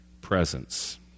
presence